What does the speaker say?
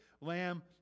lamb